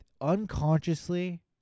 unconsciously